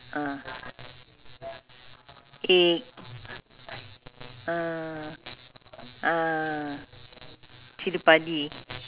you google ah you google you take a look yishun hawker centre it's quite good actually but if let's say you are not working you go on weekdays